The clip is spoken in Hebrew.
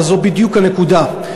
אבל זו בדיוק הנקודה,